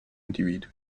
individui